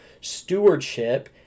stewardship